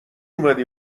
اومدی